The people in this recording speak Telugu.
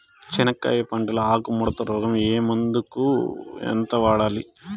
చెనక్కాయ పంట లో ఆకు ముడత రోగం కు ఏ మందు ఎంత వాడాలి?